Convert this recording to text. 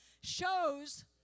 shows